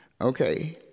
Okay